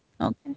Okay